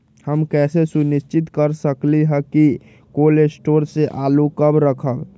हम कैसे सुनिश्चित कर सकली ह कि कोल शटोर से आलू कब रखब?